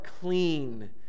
clean